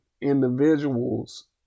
individuals